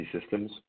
systems